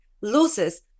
loses